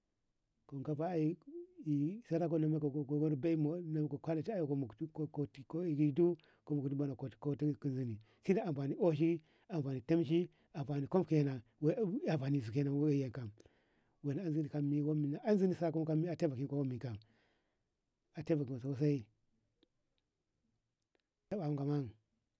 kunka fa ae ko sara aeme ka gogo gori ko kolesh ko koti lido koti bonu kuzini amfani oshi, amfani tamshi anfani kuf kenan wuye amfani su kenan wuye kenan wer azirkon wei kam ataimako sosai gammom gammom.